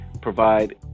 provide